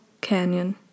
canyon